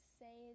say